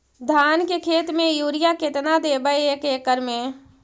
धान के खेत में युरिया केतना देबै एक एकड़ में?